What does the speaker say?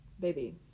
baby